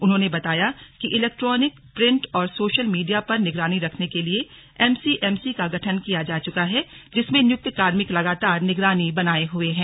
उन्होंने बताया कि इलैक्ट्रॉनिक प्रिन्ट और सोशल मीडिया पर निगरानी रखने के लिए एम सी एम सी का गठन किया जा चुका है जिसमें नियुक्त कार्मिक लगातार निगरानी बनाये हुए हैं